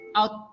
out